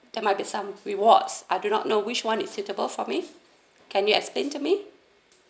that might be some rewards I do not know which one is suitable for me can you explain to me